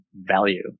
value